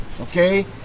okay